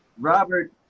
Robert